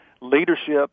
leadership